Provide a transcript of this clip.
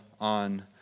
on